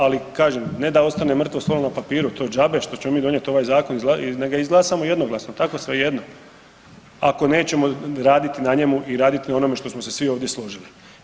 Ali kažem ne da ostane mrtvo slovo na papiru to je džabe što ćemo mi donijeti ovaj zakon i nek ga izglasamo i jednoglasno tako svejedno ako nećemo raditi na njemu i raditi na onome što smo se svi ovdje složili.